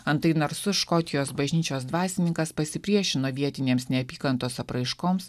antai narsus škotijos bažnyčios dvasininkas pasipriešino vietinėms neapykantos apraiškoms